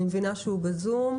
אני מבינה שהוא בזום.